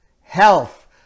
health